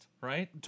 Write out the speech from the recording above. right